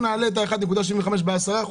נעלה את ה-1.75 מיליון ב-10%,